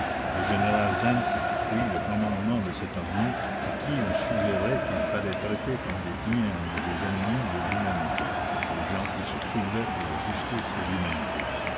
le général zents prit le commandement de cette armée à qui on suggérait qu'il fallait la commune traiter comme des hyènes et des ennemis de l'humanité ces gens qui se soulevaient pour la justice et l'humanité